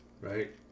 Right